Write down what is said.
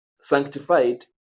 sanctified